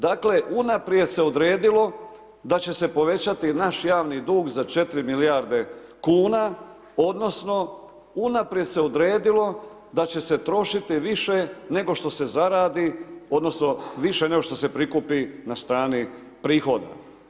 Dakle unaprijed se odredilo da će se povećati naš javni dug za 4 milijardi kn, odnosno unaprijed se odredilo da će se trošiti više nego što se zaradi, odnosno, više nego što se prikupi na stani prihoda.